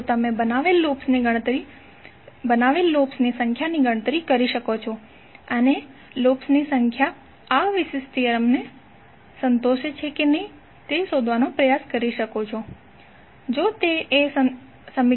તો તમે બનાવેલ લૂપ્સની સંખ્યાની ગણતરી કરી શકો છો અને લૂપ્સની સંખ્યા આ વિશિષ્ટ થિયરમને સંતોષે છે કે નહીં તે શોધવાનો પ્રયાસ કરી શકો છો